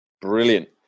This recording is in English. brilliant